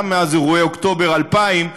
גם מאז אירועי אוקטובר 2000,